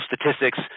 statistics